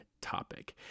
topic